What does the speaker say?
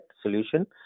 solution